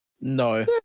No